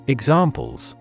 Examples